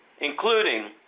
including